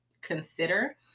consider